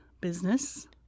business